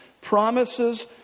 promises